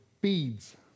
beads